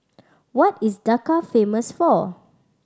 what is Dhaka famous for